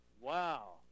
Wow